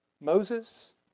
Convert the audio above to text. Moses